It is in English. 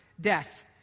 death